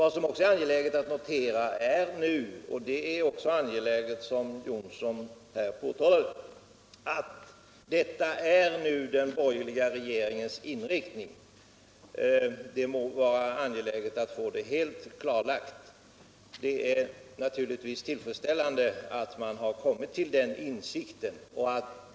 Vad som också är angeläget att notera — även herr Jonsson berörde det — är att denna inriktning nu har blivit den borgerliga regeringens inriktning. Det är viktigt att få detta helt klarlagt. Det är naturligtvis tillfredsställande att regeringen har kommit till den insikten.